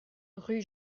rue